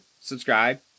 subscribe